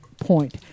point